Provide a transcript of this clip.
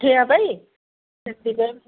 ଉଠେଇବା ପାଇଁ ସେଥିପାଇଁ ଫୋନ୍